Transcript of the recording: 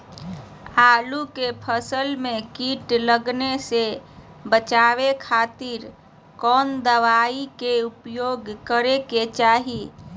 आलू के फसल में कीट लगने से बचावे खातिर कौन दवाई के उपयोग करे के चाही?